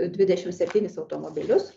dvidešimt septynis automobilius